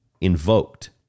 invoked